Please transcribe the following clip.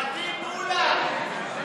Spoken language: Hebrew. פטין מולא.